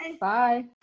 Bye